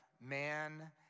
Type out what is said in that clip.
Man